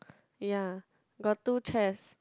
yea got two chairs